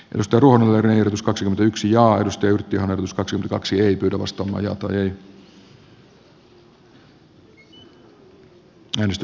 jos turun verotus kaksi yksi ja yhtiön us kaksi kaksi äänestetään yhdessä mietintöä vastaan